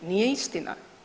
Nije istina.